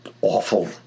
awful